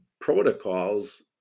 protocols